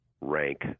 rank